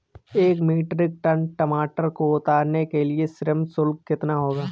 एक metric ton टमाटर को उतारने का श्रम शुल्क कितना होगा?